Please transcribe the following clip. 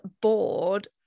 bored